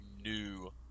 new